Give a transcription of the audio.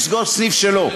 לסגור סניף שלו.